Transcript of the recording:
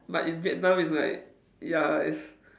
but in Vietnam it's like ya it's